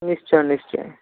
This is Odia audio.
ନିଶ୍ଚୟ ନିଶ୍ଚୟ